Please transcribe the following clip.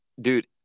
dude